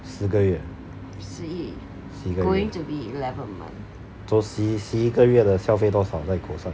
十个月十一个月 so 十一个月的消费多少在狗上